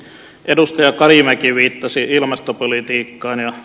edustaja karimäki viittasi ilmastopolitiikkaan